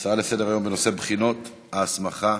הצעה לסדר-היום בנושא: בחינות ההסמכה